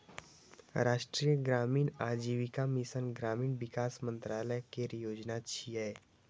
राष्ट्रीय ग्रामीण आजीविका मिशन ग्रामीण विकास मंत्रालय केर योजना छियै